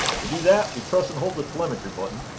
to do that we press and hold the telemetry button.